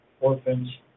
orphans